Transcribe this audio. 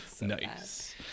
Nice